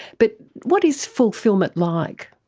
but what is fulfilment like?